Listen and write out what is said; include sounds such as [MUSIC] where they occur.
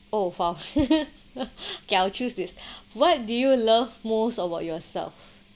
oh !wow! [LAUGHS] okay I'll choose this what do you love most about yourself